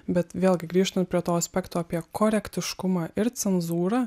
bet vėlgi grįžtant prie to aspekto apie korektiškumą ir cenzūrą